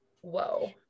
whoa